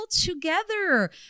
together